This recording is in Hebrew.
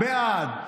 בעד,